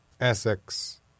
Essex